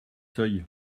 seuils